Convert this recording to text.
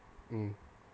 mm